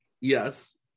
Yes